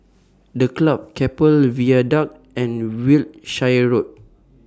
The Club Keppel Viaduct and Wiltshire Road